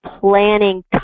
planning